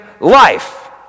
life